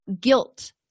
Guilt